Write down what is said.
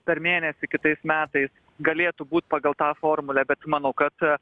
per mėnesį kitais metais galėtų būt pagal tą formulę bet manau kad